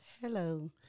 Hello